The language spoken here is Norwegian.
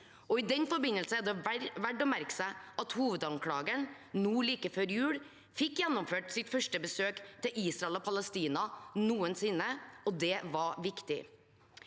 I den forbindelse er det verdt å merke seg at hovedanklageren nå like før jul fikk gjennomført sitt første besøk til Israel og Palestina noensinne, og det var viktig.